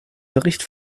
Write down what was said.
bericht